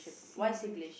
Singlish